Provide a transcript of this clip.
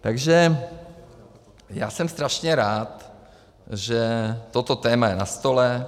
Takže já jsem strašně rád, že toto téma je na stole.